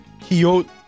kyoto